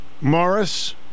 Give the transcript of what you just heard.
Morris